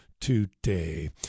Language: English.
today